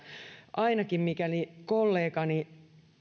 ainakin mikäli kollegani